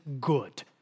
good